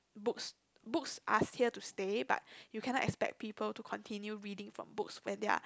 books books are here to stay but you cannot people to continue reading from books when there are